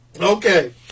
Okay